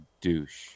douche